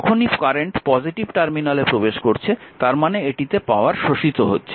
যখনই current positive টার্মিনালে প্রবেশ করছে তার মানে এটিতে পাওয়ার শোষিত হচ্ছে